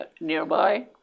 nearby